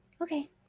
okay